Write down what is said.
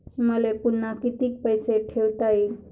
मले पुन्हा कितीक पैसे ठेवता येईन?